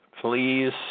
please